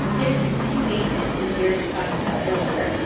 there's your two agents that deirdre talked about earlier.